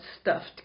stuffed